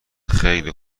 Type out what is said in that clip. خیلی